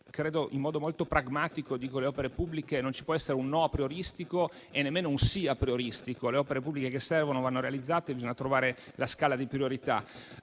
credo, in modo molto pragmatico, che sulle opere pubbliche non ci possa essere un "no" aprioristico e nemmeno un "sì" aprioristico; le opere pubbliche che servono vanno realizzate e bisogna trovare la scala di priorità.